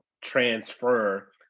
transfer